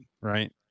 right